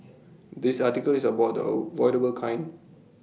this article is about the avoidable kind